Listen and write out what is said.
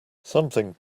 something